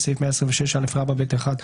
בסעיף 126א(ב)(1),